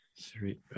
three